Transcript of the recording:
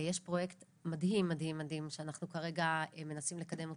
יש פרויקט מדהים מדהים שאנחנו כרגע מנסים לקדם אותו,